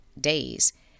days